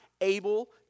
able